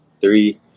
Three